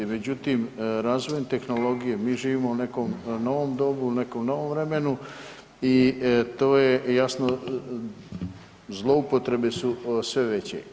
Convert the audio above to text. Međutim, razvojem tehnologije mi živimo u nekom novom dobu, u nekom novom vremenu i to je jasno zloupotrebe su sve veće.